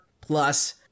plus